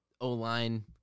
o-line